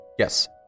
Yes